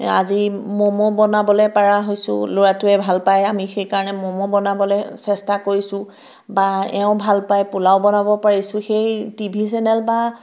আজি মমো বনাবলৈ পৰা হৈছোঁ ল'ৰাটোৱে ভাল পায় আমি সেইকাৰণে মমো বনাবলৈ চেষ্টা কৰিছোঁ বা এওঁ ভাল পায় পোলাও বনাব পাৰিছোঁ সেই টিভি চেনেল বা